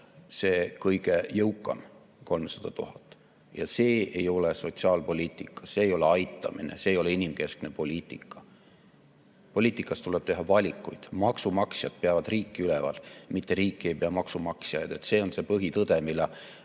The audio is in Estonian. see kõige jõukam 300 000. See ei ole sotsiaalpoliitika, see ei ole aitamine, see ei ole inimkeskne poliitika. Poliitikas tuleb teha valikuid, maksumaksjad peavad riiki üleval, mitte riik ei pea maksumaksjaid üleval. See on see põhitõde, mille